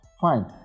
Fine